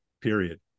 period